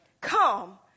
come